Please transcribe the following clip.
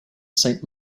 saint